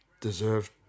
deserved